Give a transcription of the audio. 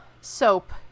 soap